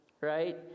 right